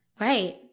Right